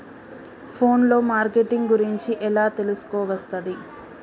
Phone లో marketing గురించి ఎలా తెలుసుకోవస్తది?